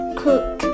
cook